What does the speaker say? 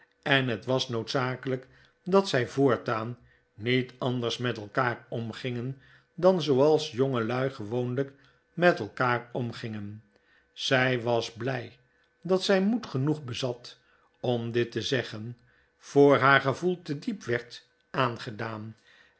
en het was noodzakelijk dat zij voortaan niet anders met elkaar omgingen dan zooals jongelui gewoonlijk met elkaar omgingen zij was blij dat zij moed genoeg bezat om dit te zeggen voor haar gevoel te diep werd aangedaan